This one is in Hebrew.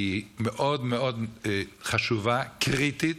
היא מאוד מאוד חשובה, קריטית,